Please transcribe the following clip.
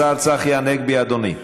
השר צחי הנגבי, אדוני,